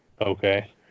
Okay